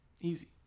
easy